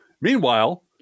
Meanwhile-